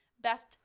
Best